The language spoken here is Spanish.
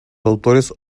autores